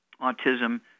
autism